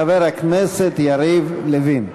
חבר הכנסת יריב לוין.